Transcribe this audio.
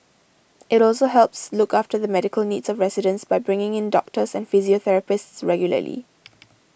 it also helps look after the medical needs of residents by bringing in doctors and physiotherapists regularly